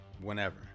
whenever